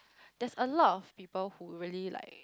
there's a lot of people who really like